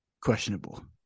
questionable